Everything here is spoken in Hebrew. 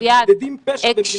אתם מעודדים פשע במדינת ישראל.